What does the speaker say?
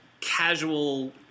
casual